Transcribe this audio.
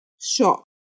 shop